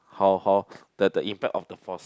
how how the the impact of the force